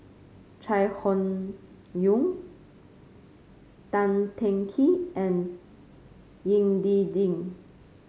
Chai Hon Yoong Tan Teng Kee and Ying D Ding